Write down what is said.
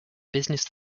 business